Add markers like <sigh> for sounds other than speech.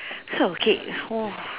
so okay <noise>